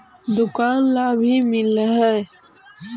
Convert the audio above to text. दुकान ला भी मिलहै?